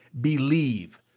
BELIEVE